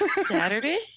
Saturday